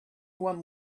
one